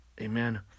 Amen